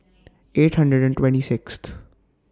eight hundred and twenty Sixth